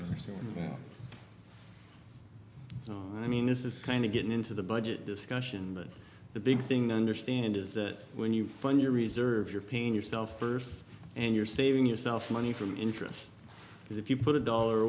and so i mean this is kind of getting into the budget discussion that the big thing the understand is that when you run your reserves your pain yourself first and you're saving yourself money from interest because if you put a dollar